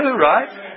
right